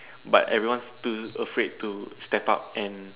but everyone's too afraid to step up and